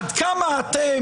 עד כמה אתם,